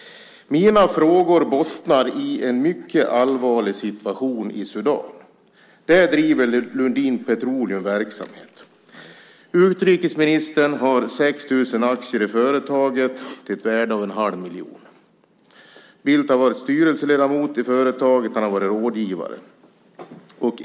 Mina frågor bottnar i en mycket allvarlig situation i Sudan. Där bedriver Lundin Petroleum verksamhet. Utrikesministern har 6 000 aktier i det företaget till ett värde av en halv miljon. Bildt har varit styrelseledamot i företaget, och han har varit rådgivare.